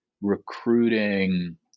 recruiting